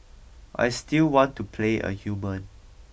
I still want to play a human